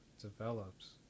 develops